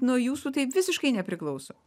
nuo jūsų tai visiškai nepriklauso